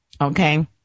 okay